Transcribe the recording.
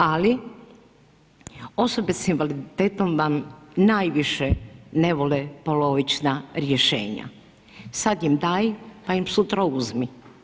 Ali osobe sa invaliditetom vam najviše ne vole polovična rješenja, sad im daj, pa im sutra uzmi.